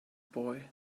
boy